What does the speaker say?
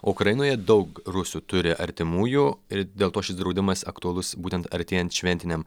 ukrainoje daug rusų turi artimųjų ir dėl to šis draudimas aktualus būtent artėjant šventiniam